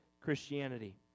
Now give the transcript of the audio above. Christianity